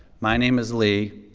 my name is lee.